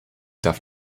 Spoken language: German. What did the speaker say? darf